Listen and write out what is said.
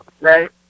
right